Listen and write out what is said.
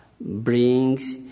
brings